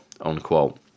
unquote